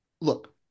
look